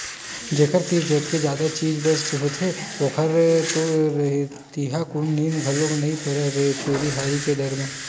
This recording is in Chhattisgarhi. जेखर तीर जतके जादा चीज बस होथे ओखर तो रतिहाकुन नींद घलोक नइ परय चोरी हारी के डर म